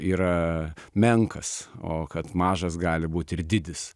yra menkas o kad mažas gali būti ir didis